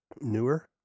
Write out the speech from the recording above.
Newer